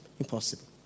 impossible